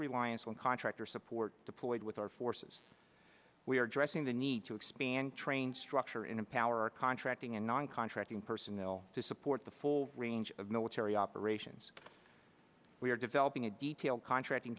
reliance on contractor support deployed with our forces we are addressing the need to expand train structure in power contracting and non contracting personnel to support the full range of military operations we are developing a detailed contracting